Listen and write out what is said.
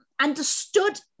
understood